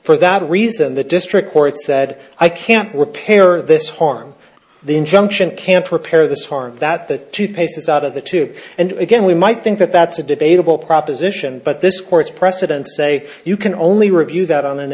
for that reason the district court said i can't repair this harm the injunction can't repair the harm that the toothpaste is out of the tube and again we might think that that's a debatable proposition but this court's precedents say you can only review that on an